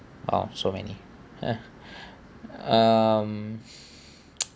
oh so many !huh! um